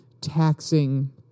taxing